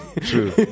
True